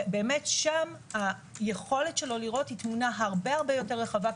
שם היכולת שלו לראות היא תמונה הרבה יותר רחבה,